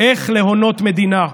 "איך להונות מדינה".